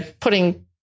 putting